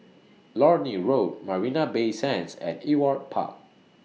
Lornie Road Marina Bay Sands and Ewart Park